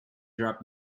drop